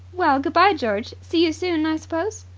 well, good-bye, george. see you soon, i suppose?